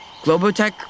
Globotech